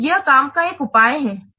यह काम का एक उपाय है जो किया जा रहा है